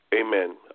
Amen